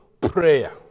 prayer